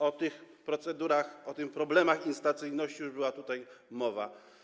O tych procedurach, o tych problemach instancyjności już była mowa.